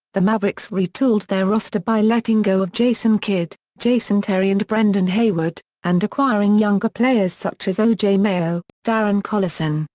the mavericks retooled their roster by letting go of jason kidd, jason terry and brendan haywood, and acquiring younger players such as o. j. mayo, darren collison,